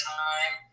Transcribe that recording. time